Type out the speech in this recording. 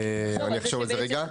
אני אחשוב על זה רגע.